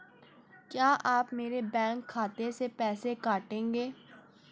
क्या आप मेरे बैंक खाते से पैसे काटेंगे?